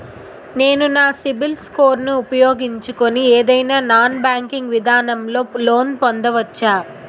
నేను నా యెక్క సిబిల్ స్కోర్ ను ఉపయోగించుకుని ఏదైనా నాన్ బ్యాంకింగ్ విధానం లొ లోన్ పొందవచ్చా?